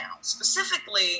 Specifically